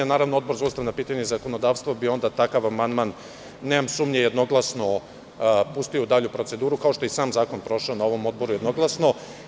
Naravno, Odbor za ustavna pitanja i zakonodavstvo bi onda takav amandman, nemam sumnje, jednoglasno pustio u dalju proceduru, kao što je i sam zakon prošao na ovom odboru, jednoglasno.